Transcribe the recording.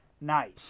Nice